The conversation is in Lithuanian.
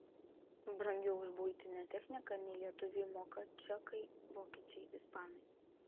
brangiau už buitinę techniką nei lietuviai moka čekai vokiečiai ispanai